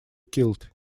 killed